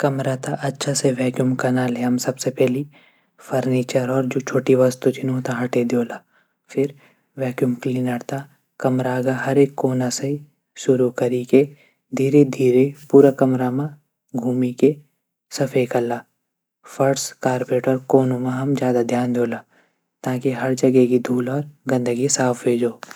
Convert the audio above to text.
कमरा थै अच्छा से वैक्यूम कना ले हम सबसे पैली फर्नीचर वा छुट्टी वस्तु छन ऊंथै हटै दियोला। फिर वैक्यूम क्लीनर से कमरा का हरेक कोणा से शुरू कैरी की धीरे धीरे कमरा मा घूमी की सफाई कला। फर्स कारपेट कोनो मा हम ज्यादा ध्यान दियोला। ताकी हर जगह धूल और गंदगी साफ ह्वे जौ।